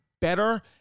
better